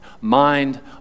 Mind